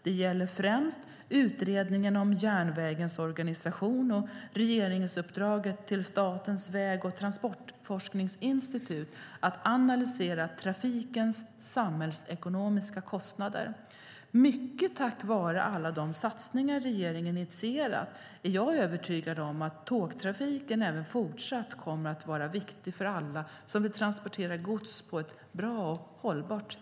Det gäller främst Utredningen om järnvägens organisation och regeringsuppdraget till Statens väg och transportforskningsinstitut att analysera trafikens samhällsekonomiska kostnader. Mycket tack vare alla de satsningar regeringen initierat är jag övertygad om att tågtrafiken även fortsatt kommer att vara viktig för alla som vill transportera gods på ett bra och hållbart sätt.